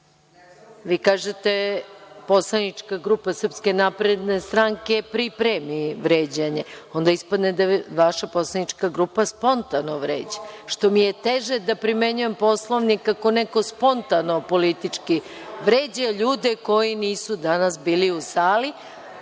kažete poslanička grupa SNS pripremi vređanje. Onda ispadne da vaša poslanička grupa spontano vređa, što mi je teže da primenjujem Poslovnik ako neko spontano politički vređa ljude koji nisu danas bili u sali,